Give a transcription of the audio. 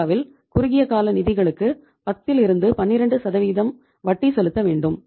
இந்தியாவில் குறுகியகால நிதிகளுக்கு 10 12 சதவிகிதம் வட்டி செலுத்த வேண்டும்